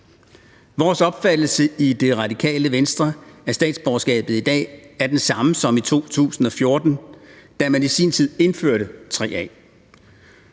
Vores opfattelse i Det Radikale Venstre af statsborgerskabet i dag er den samme som i 2014, da man i sin tid indførte §